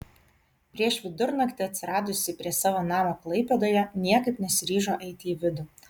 prieš vidurnakti atsiradusi prie savo namo klaipėdoje niekaip nesiryžo eiti į vidų